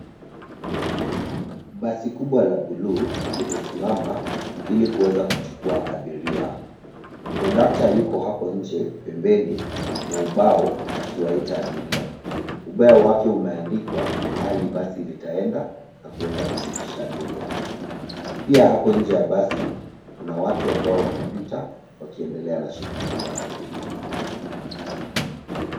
Basi kubwa la buluu limesimama ili kuweza kuchukua abiria. (cs)Conductor(cs) yuko hapo nje pembeni na ubao akiwaita abiria. Ubao wake umeandikwa pahali basi litaenda na kuweza kushukisha abiria. Pia hapo nje ya basi kuna watu wanapita wakiendelea na shughuli zao.